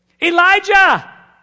Elijah